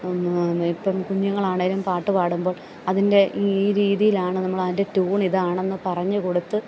ഇപ്പം കുഞ്ഞുങ്ങളാണേലും പാട്ട് പാടുമ്പോൾ അതിൻ്റെ ഈ രീതിയിലാണ് നമ്മളതിൻ്റെ ട്യൂണിതാണെന്ന് പറഞ്ഞു കൊടുത്ത്